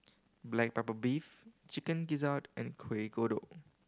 black pepper beef Chicken Gizzard and Kuih Kodok